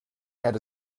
had